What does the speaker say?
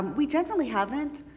we definitely haven't